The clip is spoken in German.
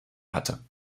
hatte